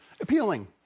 appealing